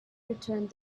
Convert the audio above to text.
returned